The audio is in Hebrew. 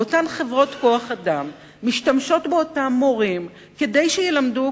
ואותן חברות כוח-אדם משתמשות במורים כדי שילמדו,